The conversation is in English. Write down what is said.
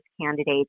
candidates